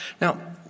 Now